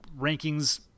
rankings